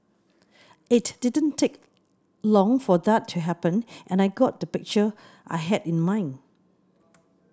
it didn't take long for that to happen and I got the picture I had in mind